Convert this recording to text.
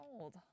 old